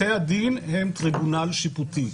בתי הדין הם טריבונל שיפוטי.